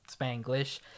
Spanglish